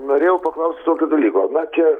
norėjau paklaust tokio dalyko na čia